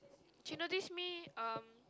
she notice me um